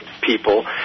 people